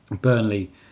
Burnley